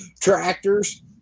Tractors